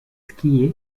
skier